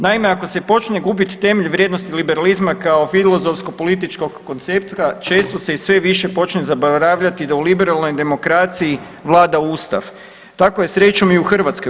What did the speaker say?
Naime, ako se počne gubiti temelj vrijednosti liberalizma kao filozofsko političkog koncepta često se i sve više počne zaboravljati da u liberalnoj demokraciji vlada Ustav, tako je srećom i u Hrvatskoj.